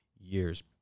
years